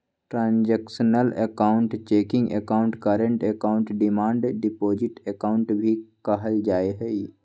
transactional account checking account, current account, demand deposit account भी कहल जाहई